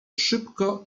szybko